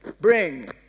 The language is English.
bring